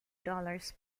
dollars